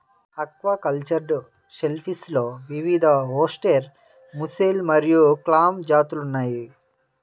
aquacultured షెల్ఫిష్లో వివిధఓస్టెర్, mussel మరియు క్లామ్ జాతులు ఉన్నాయి